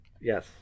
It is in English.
Yes